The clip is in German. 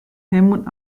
helmut